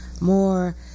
more